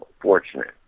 fortunate